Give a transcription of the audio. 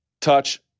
Touch